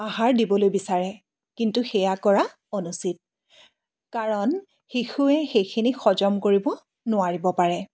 আহাৰ দিবলৈ বিচাৰে কিন্তু সেয়া কৰা অনুচিত কাৰণ শিশুৱে সেইখিনি হজম কৰিব নোৱাৰিব পাৰে